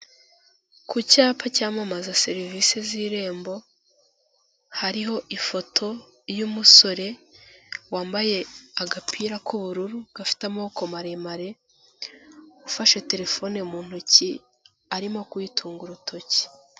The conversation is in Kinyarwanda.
Ku cyapa cyamamaza serivisi z'irembo hariho ifoto y'umusore, wambaye agapira k'ubururu gafite amaboko maremare ufashe terefone mu ntoki, arimo kwiyitunga urutoki.